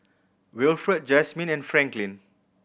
Wilfred Jazmin and Franklyn